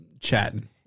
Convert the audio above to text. Chatting